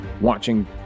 watching